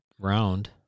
round